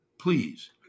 please